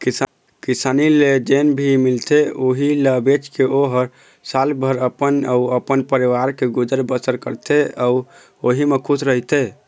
किसानी ले जेन भी मिलथे उहीं ल बेचके ओ ह सालभर अपन अउ अपन परवार के गुजर बसर करथे अउ उहीं म खुस रहिथे